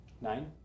Nine